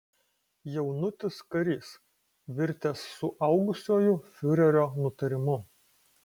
jaunutis karys virtęs suaugusiuoju fiurerio nutarimu